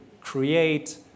create